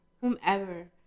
whomever